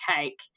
take